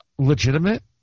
Legitimate